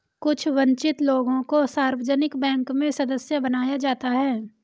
कुछ वन्चित लोगों को सार्वजनिक बैंक में सदस्य बनाया जाता है